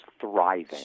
thriving